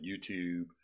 YouTube